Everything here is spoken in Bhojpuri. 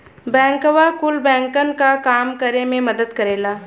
बैंकवा कुल बैंकन क काम करे मे मदद करेला